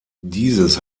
dieses